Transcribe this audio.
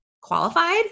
qualified